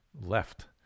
left